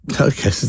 okay